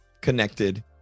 connected